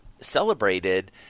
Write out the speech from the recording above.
celebrated